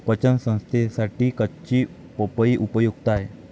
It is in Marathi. पचन संस्थेसाठी कच्ची पपई उपयुक्त आहे